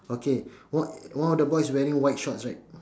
okay one one of the boys wearing white shorts right